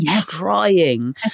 trying